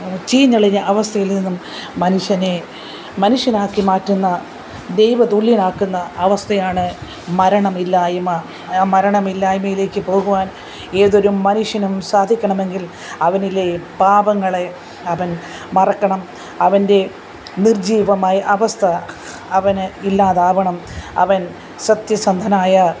ചീഞ്ഞളിഞ്ഞ അവസ്ഥയില് നിന്നും മനുഷ്യനെ മനുഷ്യനാക്കി മാറ്റുന്ന ദൈവതുല്യൻ ആക്കുന്ന അവസ്ഥയാണ് മരണമില്ലായ്മ ആ മരണമില്ലായ്മയിലേക്ക് പോകുവാന് ഏതൊരു മനുഷ്യനും സാധിക്കണമെങ്കില് അവനിലെ പാപങ്ങളെ അവന് മറക്കണം അവന്റെ നിര്ജ്ജീവമായ അവസ്ഥ അവന് ഇല്ലാതാവണം അവന് സത്യസന്ധനായ